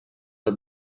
dal